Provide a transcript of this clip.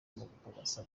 gupagasa